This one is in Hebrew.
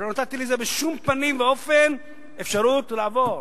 ולא נתתי לזה בשום פנים ואופן אפשרות לעבור.